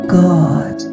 god